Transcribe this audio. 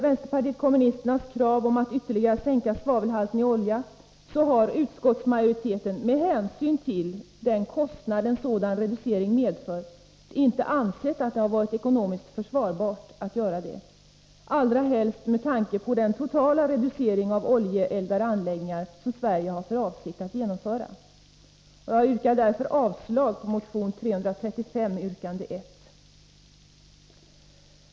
Vänsterpartiet kommunisternas krav om att ytterligare sänka svavelhalten i oljan har utskottsmajoriteten, med hänsyn till den kostnad en sådan reducering medför, inte ansett det vara ekonomiskt försvarbart att tillmötesgå, särskilt inte med tanke på den totala reducering av antalet oljeeldade anläggningar som Sverige har för avsikt att genomföra. Jag yrkar därför avslag på motion 335 yrkande 1.